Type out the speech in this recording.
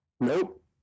Nope